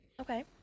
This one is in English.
okay